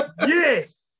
Yes